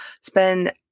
spend